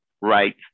right